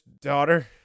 daughter